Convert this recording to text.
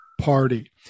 party